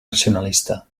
racionalista